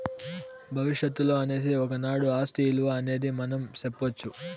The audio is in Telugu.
భవిష్యత్తులో అనేసి ఒకనాడు ఆస్తి ఇలువ అనేది మనం సెప్పొచ్చు